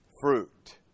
fruit